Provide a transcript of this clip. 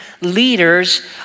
leaders